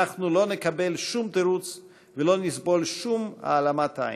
אנחנו לא נקבל שום תירוץ ולא נסבול שום העלמת עין.